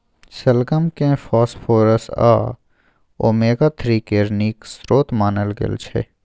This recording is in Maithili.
शलगम केँ फास्फोरस आ ओमेगा थ्री केर नीक स्रोत मानल गेल छै